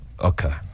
Okay